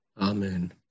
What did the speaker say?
Amen